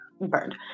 burned